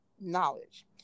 knowledge